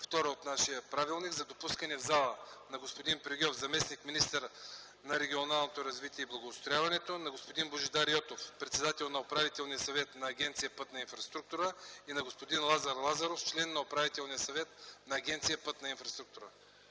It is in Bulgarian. ал. 2 от нашия правилник за допускане в залата на господин Прегьов – заместник-министър на регионалното развитие и благоустройството, на господин Божидар Йотов – председател на Управителният съвет на Агенция „Пътна инфраструктура”, и на господин Лазар Лазаров – член на Управителния съвет на Агенция „Пътна инфраструктура”.